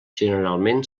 generalment